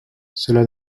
cela